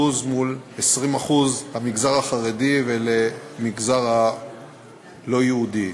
מול 20% למגזר החרדי ולמגזר הלא-יהודי.